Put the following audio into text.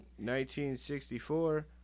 1964